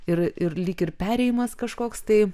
ir ir lyg ir perėjimas kažkoks tai